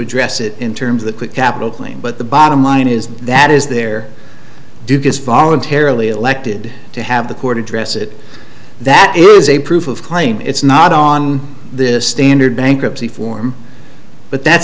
address it in terms of the capital claim but the bottom line is that is there dubious voluntarily elected to have the court address it that is a proof of claim it's not on this standard bankruptcy form but that's